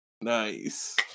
nice